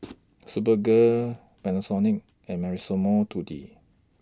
Superga Panasonic and Massimo Dutti